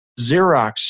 Xerox